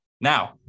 Now